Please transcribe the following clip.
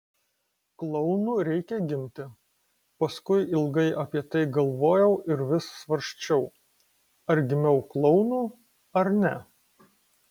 klounu reikia gimti paskui ilgai apie tai galvojau ir vis svarsčiau ar gimiau klounu ar ne